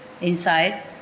inside